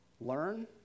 learn